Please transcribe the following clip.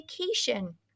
vacation